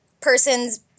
persons